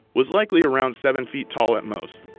was likely around seven feet tall at most.